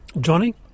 johnny